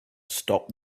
stop